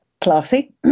Classy